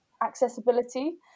accessibility